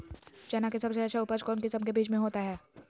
चना के सबसे अच्छा उपज कौन किस्म के बीच में होबो हय?